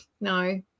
No